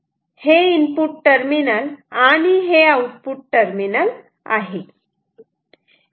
तेव्हा हे input terminal आणि हे आउटपुट टर्मिनल आहे